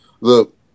look